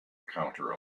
counter